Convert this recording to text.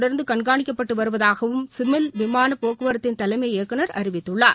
தொடர்ந்துகண்காணிக்கப்பட்டுவருவதாகவும் விமானகட்டணங்கள் சிவில் விமானப் போக்குவரத்தின் தலைமை இயக்குனர் அறிவித்துள்ளார்